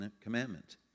commandment